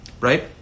Right